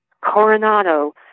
Coronado